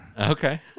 Okay